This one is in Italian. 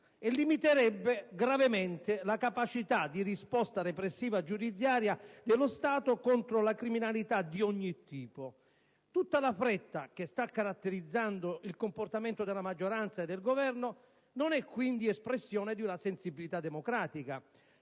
e limiterebbe gravemente la capacità di risposta repressiva giudiziaria dello Stato contro la criminalità di ogni tipo. Tutta la fretta che sta caratterizzando il comportamento della maggioranza e del Governo non è quindi espressione di una sensibilità democratica,